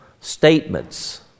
statements